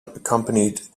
accompanied